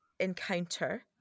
Encounter